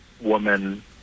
woman